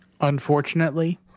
Unfortunately